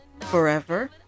forever